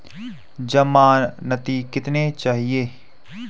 ज़मानती कितने चाहिये?